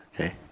Okay